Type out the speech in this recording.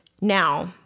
Now